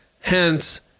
hence